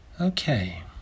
Okay